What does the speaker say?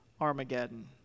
Armageddon